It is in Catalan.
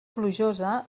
plujosa